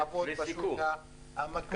לעבוד בשוק המקומי.